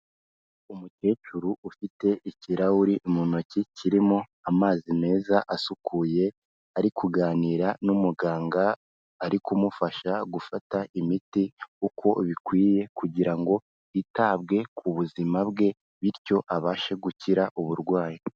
Umukecuru ufite ikirahuri mu ntoki kirimo amazi meza asukuye ari kuganira n'umuganga, ari kumufasha gufata imiti uko bikwiye kugira ngo hitabwe ku buzima bwe bityo abashe gukira uburwayi.